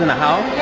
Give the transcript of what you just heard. and how